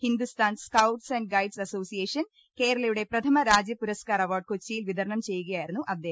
Hindustan scouts and guides association കേരളയുടെ പ്രഥമ Rajya Puraskar award കൊച്ചിയിൽ വിതരണം ചെയ്യുകയായിരുന്നു അദ്ദേഹം